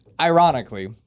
ironically